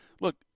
look